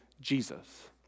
Jesus